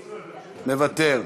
מוותר,